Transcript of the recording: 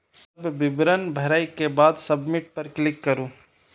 सब विवरण भरै के बाद सबमिट पर क्लिक करू